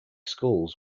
schools